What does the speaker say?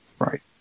Right